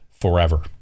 forever